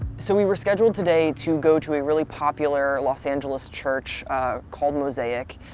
so we were scheduled today to go to a really popular los angeles church called mosaic.